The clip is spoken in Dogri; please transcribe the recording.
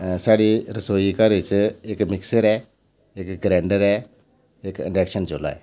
साढ़ी रसोई घरै च इक मिक्सर ऐ इक ग्राइंडर ऐ इक इंडक्शन चूह्ल्ला ऐ